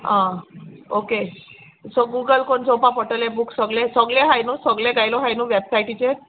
आं okay so Google कोन चोवपा पोडटोले बूक सोगले सोगले हाय न्हू सोगले घायलो हाय न्हू वॅबसायटीचेर